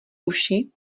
uši